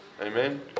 Amen